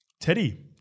Teddy